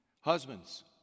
Husbands